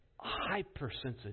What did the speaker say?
hypersensitive